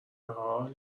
حال